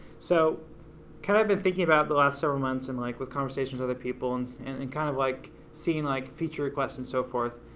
so kind of been thinking about the last several months and like with conversations with other people and and and kind of like seeing like feature requests and so forth,